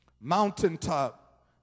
mountaintop